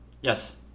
Yes